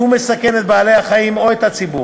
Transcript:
הוא מסכן את בעלי-החיים או את הציבור,